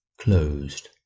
closed